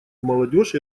молодежь